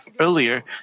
Earlier